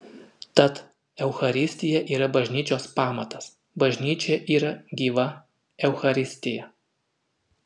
tad eucharistija yra bažnyčios pamatas bažnyčia yra gyva eucharistija